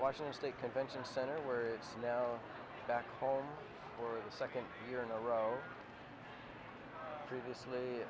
washington state convention center we're now back home for the second year in a row previously